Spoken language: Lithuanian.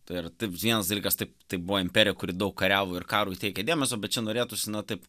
tai ar tai vienas dalykas taip tai buvo imperija kuri daug kariavo ir karui teikė dėmesio bet čia norėtųsi na taip